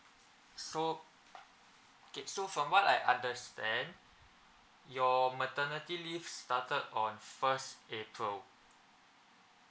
so okay so from what I understand your maternity leave started on first april